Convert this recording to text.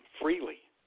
freely